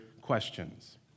questions